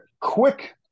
quick